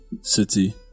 City